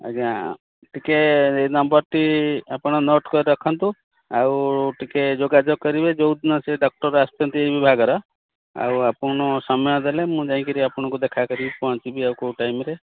ଆଜ୍ଞା ଟିକେ ଏଇ ନମ୍ବର୍ଟି ଆପଣ ନୋଟ୍ କରି ରଖନ୍ତୁ ଆଉ ଟିକେ ଯୋଗାଯୋଗ କରିବେ ଯେଉଁ ଦିନ ସେ ଡକ୍ଟର୍ ଆସୁଛନ୍ତି ଏଇ ବିଭାଗର ଆଉ ଆପଣ ସମୟ ଦେଲେ ମୁଁ ଯାଇକିରି ଆପଣଙ୍କୁ ଦେଖା କରିକି ପହଞ୍ଚିବି ଆଉ କେଉଁ ଟାଇମ୍ରେ